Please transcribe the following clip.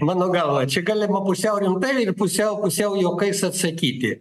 mano galva čia galima pusiau rimtai ir pusiau pusiau juokais atsakyti